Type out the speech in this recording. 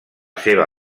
seva